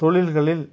தொழில்களில்